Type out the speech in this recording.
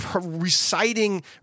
reciting